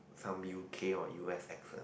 some U_K or U_S accent